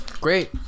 great